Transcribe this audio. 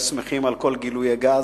שמחים על כל גילויי הגז,